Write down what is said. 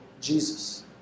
Jesus